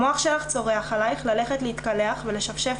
המוח שלך צורח עלייך ללכת להתקלח ולשפשף